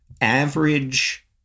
average